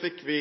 fikk vi